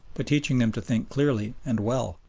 but teaching them to think clearly and well.